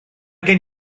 gen